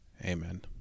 Amen